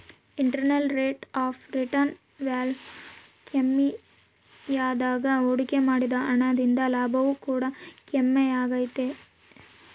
internal rate of return value ಕಮ್ಮಿಯಾದಾಗ ಹೂಡಿಕೆ ಮಾಡಿದ ಹಣ ದಿಂದ ಲಾಭವು ಕೂಡ ಕಮ್ಮಿಯಾಗೆ ತೈತೆ